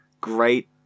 great